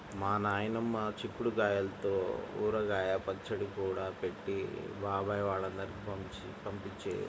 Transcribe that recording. మా నాయనమ్మ చిక్కుడు గాయల్తో ఊరగాయ పచ్చడి కూడా పెట్టి బాబాయ్ వాళ్ళందరికీ పంపించేది